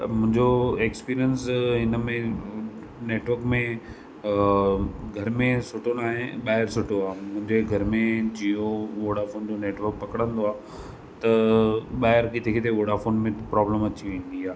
त मुंहिंजो एक्सपीरियंस हिनमें नेटवर्क में घर में सुठो न आहे ॿाहिरि सुठो आहे मुंहिंजे घर में जियो वोडाफोन जो नेटवर्क पकिड़िंदो आहे त ॿाइरि किथे किथे वोडाफोन में प्रॉब्लम अची वेंदी आहे